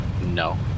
No